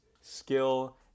skill